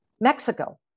Mexico